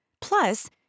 Plus